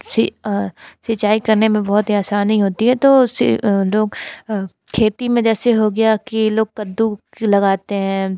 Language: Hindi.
सिंचाई करने में बहुत ही असानी होती है तो उससे लोग खेती में जैसे हो गया के लोग कद्दू लगाते हैं